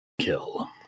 Kill